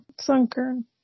Sunken